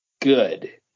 good